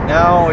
now